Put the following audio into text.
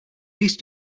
least